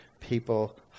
people